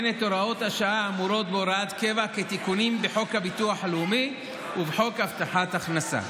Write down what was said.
השעה האמורות בהוראת קבע כתיקון בחוק הביטוח הלאומי ובחוק הבטחת הכנסה.